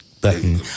button